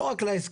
לא רק להסכם,